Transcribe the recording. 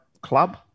club